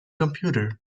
computer